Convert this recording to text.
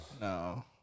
No